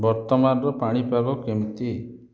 ବର୍ତ୍ତମାନର ପାଣିପାଗ କେମିତି